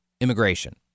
immigration